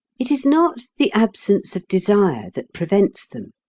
it is not the absence of desire that prevents them.